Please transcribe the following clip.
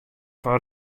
fan